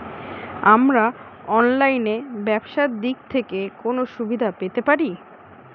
আমরা অনলাইনে ব্যবসার দিক থেকে কোন সুবিধা পেতে পারি?